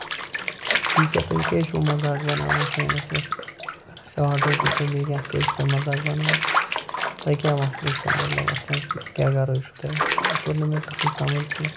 یہِ کیاہ تُہۍ کیازِ چھِو مَزاکھ بَناوان سٲنِس یَتھ یہِ اوسا آرڈر کِنہٕ بیٚیہِ کانہہ اَتھ کیازِ چھِو تُہۍ مَزاکھ بَناوان تۄہہِ کیاہ مَسلہٕ چھُو مطلب اَتھ منٛز کیاہ غرٕض چھُو تۄہہِ اَتھ یہِ توٚرنہٕ مےٚ تُہنز سَمجھ کیٚںہہ